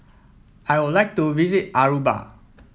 I would like to visit Aruba